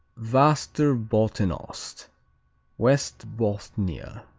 vasterbottenost west bothnia